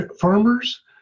farmers